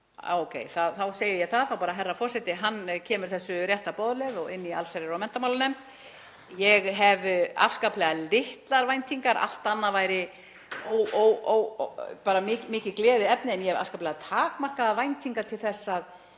Þá segi ég það bara, herra forseti kemur þessu rétta boðleið og inn í allsherjar- og menntamálanefnd, en ég hef afskaplega litlar væntingar. Allt annað væri mikið gleðiefni en ég hef afskaplega takmarkaðar væntingar til þess að